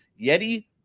Yeti